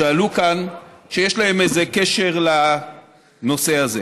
שיש להם איזה קשר לנושא הזה.